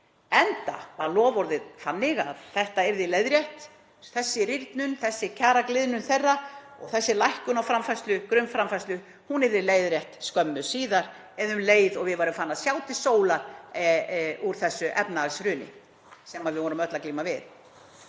enda var loforðið þannig að þetta yrði leiðrétt, þessi rýrnun, þessi kjaragliðnun þeirra og þessi lækkun á framfærslu, grunnframfærslu, yrði leiðrétt skömmu síðar eða um leið og við værum farin að sjá til sólar úr þessu efnahagshruni sem við vorum öll að glíma við.